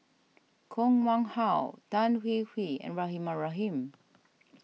Koh Nguang How Tan Hwee Hwee and Rahimah Rahim